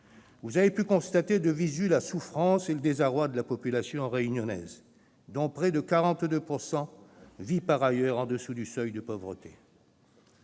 vous avez pu constater la souffrance et le désarroi de la population réunionnaise, dont près de 42 % vit sous le seuil de pauvreté.